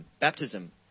baptism